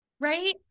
Right